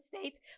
States